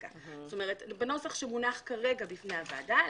כלומר בנוסח שמונח כרגע בפני הוועדה,